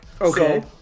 okay